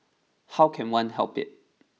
how can one help it